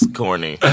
corny